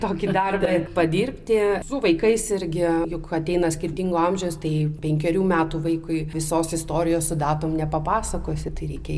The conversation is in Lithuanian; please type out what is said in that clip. tokį darbą ir padirbti su vaikais irgi juk ateina skirtingo amžiaus tai penkerių metų vaikui visos istorijos su datom nepapasakosi tai reikia